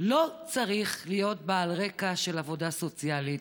לא צריך להיות בעל רקע של עבודה סוציאלית.